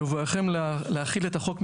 בבואכם להחיל את החוק,